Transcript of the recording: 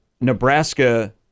Nebraska